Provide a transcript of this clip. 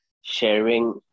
sharing